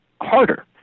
harder